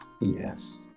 yes